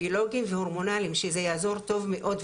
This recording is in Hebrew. ביולוגים והורמונליים שזה יעזור טוב מאוד,